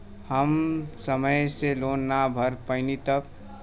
हम समय से लोन ना भर पईनी तब?